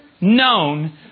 known